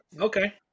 Okay